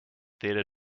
theatre